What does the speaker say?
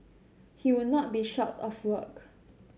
he would not be short of work